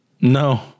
No